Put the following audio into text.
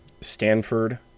Stanford